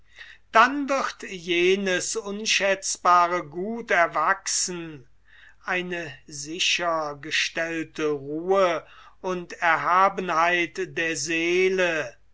dann wird jenes unschätzbare gut erwachsen eine sicher gestellte ruhe und erhabenheit der seele